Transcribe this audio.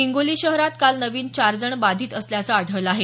हिंगोली शहरात काल नवीन चार जण बाधित असल्याचं आढळलं आहे